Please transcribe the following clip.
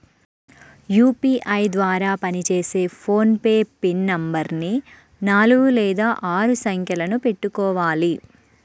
UPI ద్వారా పనిచేసే PhonePe PIN నెంబరుని నాలుగు లేదా ఆరు సంఖ్యలను పెట్టుకోవాలి